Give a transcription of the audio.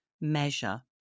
measure